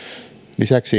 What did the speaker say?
lisäksi